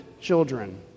children